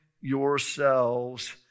yourselves